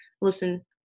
listen